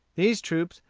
these troops,